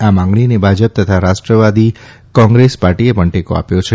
આ માંગણીને ભાજપ તથા રાષ્ટ્રવાદી કોંગ્રેસ પાર્ટીએ પણ ટેકા આપ્યા છે